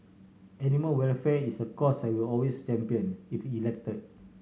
animal welfare is a cause I will always champion if elected